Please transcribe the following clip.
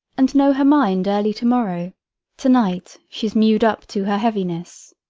and know her mind early to-morrow to-night she's mew'd up to her heaviness.